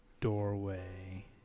doorway